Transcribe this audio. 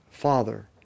Father